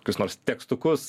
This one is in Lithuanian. kokius nors tekstukus